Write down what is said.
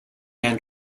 man